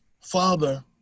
father